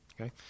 Okay